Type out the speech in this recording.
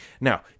Now